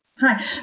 Hi